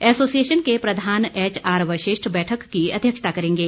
association के प्रधान HR Vashisht बैठक की अध्यक्षता करेंगे